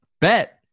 bet